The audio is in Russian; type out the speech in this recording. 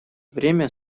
время